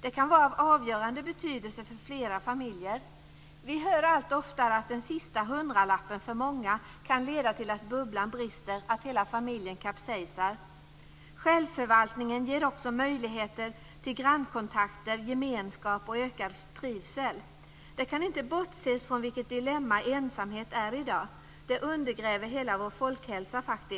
Detta kan vara av avgörande betydelse för flera familjer. Vi hör allt oftare att den sista hundralappen för många kan leda till att bubblan brister, till att hela familjen kapsejsar. Självförvaltning ger också möjligheter till grannkontakter, gemenskap och ökad trivsel. Man kan inte bortse från vilket dilemma ensamhet är i dag. Det undergräver hela våra folkhälsa. När det